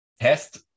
test